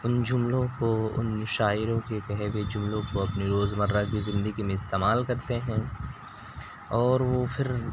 ان جملوں کو ان شاعروں کے کہے ہوئے جملوں کو اپنی روزمرہ کی زندگی میں استعمال کرتے ہیں اور وہ پھر